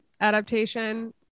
adaptation